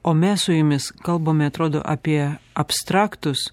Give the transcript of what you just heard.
o mes su jumis kalbame atrodo apie abstraktus